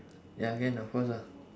ya can of course ah